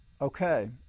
Okay